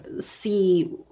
see